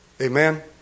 Amen